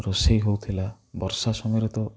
ରୋଷେଇ ହେଉଥିଲା ବର୍ଷା ସମୟରେ ତ